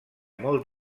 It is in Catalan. molt